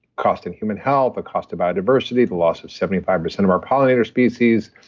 cost in human health, the cost of biodiversity, the loss of seventy five percent of our pollinator species,